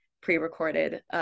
pre-recorded